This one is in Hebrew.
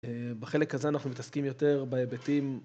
בחלק הזה אנחנו מתעסקים יותר בהיבטים.